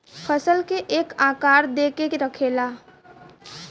फसल के एक आकार दे के रखेला